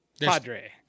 Padre